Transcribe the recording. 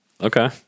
Okay